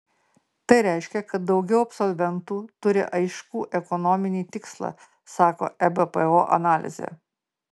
tai reiškia kad daugiau absolventų turi aiškų ekonominį tikslą sako ebpo analizė